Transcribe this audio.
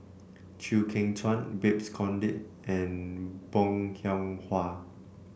Chew Kheng Chuan Babes Conde and Bong Hiong Hwa